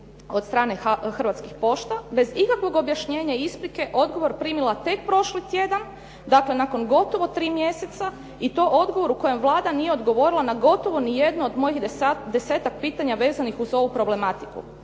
od strane Hrvatskih pošta bez ikakvog objašnjenja i isprike odgovor primila tek prošli tjedan, dakle nakon gotovo 3 mjeseca i to odgovor u kojem Vlada nije odgovorila na gotovo nijedno od mojih desetak pitanja vezanih uz ovu problematiku.